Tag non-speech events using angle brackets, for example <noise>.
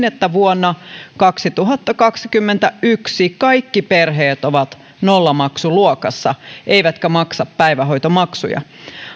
<unintelligible> että vuonna kaksituhattakaksikymmentäyksi kaikki perheet ovat nollamaksuluokassa eivätkä maksa päivähoitomaksuja